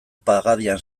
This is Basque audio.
pagadian